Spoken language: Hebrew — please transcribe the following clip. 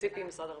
ציפי ממשרד הרווחה.